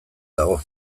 dago